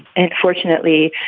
and fortunately,